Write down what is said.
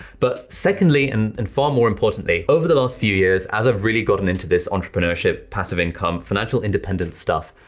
but, secondly, and and far more importantly, over the last few years, as i've really gotten into this entrepreneurship, passive income, financial independence stuff,